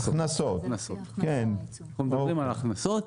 אנחנו מדברים על הכנסות.